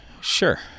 Sure